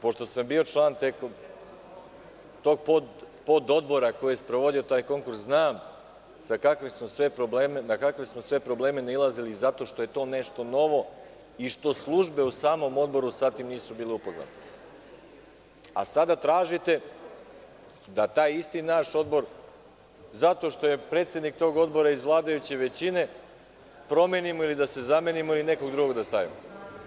Pošto sam bio član tog pododbora koji je sprovodio taj konkurs, znam na kakve smo sve probleme nailazili zato što je to nešto novo i što službe u samom odboru sa tim nisu bile upoznate, a sada tražite da taj isti naš odbor, zato što je predsednik tog odbora iz vladajuće većine, promenimo ili da se zamenimo ili nekog drugog da stavimo.